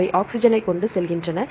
அவை ஆக்ஸிஜனைக் கொண்டு செல்கின்றன